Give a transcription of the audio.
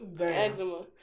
Eczema